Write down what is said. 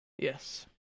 Yes